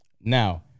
Now